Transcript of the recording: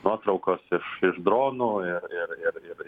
nuotraukos iš iš dronų ir ir ir